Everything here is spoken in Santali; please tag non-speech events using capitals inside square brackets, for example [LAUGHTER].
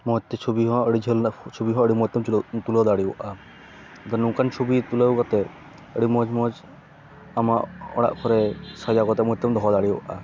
ᱢᱚᱡᱽᱛᱮ ᱪᱷᱚᱵᱤᱦᱚᱸ ᱟᱹᱰᱤ ᱡᱷᱟᱹᱞ ᱨᱮᱱᱟᱜ ᱪᱷᱚᱵᱤᱦᱚᱸ ᱟᱹᱰᱤ ᱢᱚᱡᱽᱛᱮᱢ [UNINTELLIGIBLE] ᱛᱩᱞᱟᱹᱣ ᱫᱟᱲᱮᱭᱟᱜᱼᱟ ᱟᱫᱚ ᱱᱚᱝᱠᱟᱱ ᱪᱷᱚᱵᱤ ᱛᱩᱞᱟᱹᱣ ᱠᱟᱛᱮᱫ ᱟᱹᱰᱤ ᱢᱚᱡᱽᱼᱢᱚᱡᱽ ᱟᱢᱟᱜ ᱚᱲᱟᱜ ᱠᱚᱨᱮ ᱥᱟᱡᱟᱣ ᱠᱟᱛᱮᱫ ᱢᱚᱡᱽᱛᱮᱢ ᱫᱚᱦᱚ ᱫᱟᱲᱮᱭᱟᱜᱼᱟ